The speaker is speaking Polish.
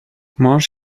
mąż